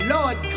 Lord